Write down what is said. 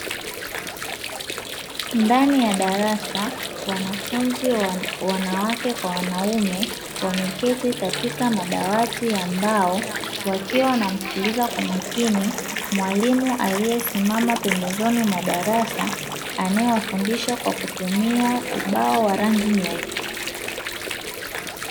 Ndani ya darasa wanafunzi wanawake kwa wanaume wakiwa wameketi katika madawati ya mbao. Wakiwa wanasikiliza kwa makini mwalimu aliyesimama pembezoni mwa darasa, anayewafundisha kwa kutumia ubao wa rangi nyeupe.